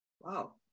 Wow